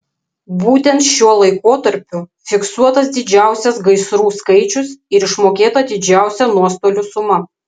būtent šiuo laikotarpiu fiksuotas didžiausias gaisrų skaičius ir išmokėta didžiausia nuostolių suma